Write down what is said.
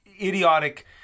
idiotic